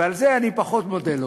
ועל זה אני פחות מודה לו.